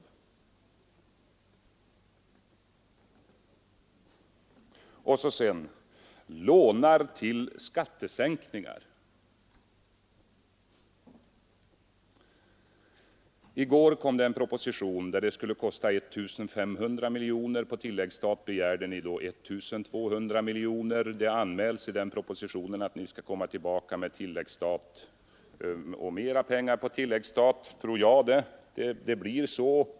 Vidare sades det att vi lånar till skattesänkningar. I går lade regeringen fram en proposition enligt vilken det skulle behövas 1 500 miljoner kronor. På tilläggsstat begärde regeringen då 1 200 miljoner kronor. Det anmäldes i propositionen att regeringen skulle komma tillbaka och begära mera pengar på tilläggsstat. Tror jag det.